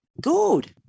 good